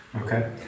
Okay